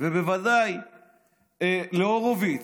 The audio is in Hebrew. ובוודאי להורוביץ.